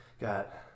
got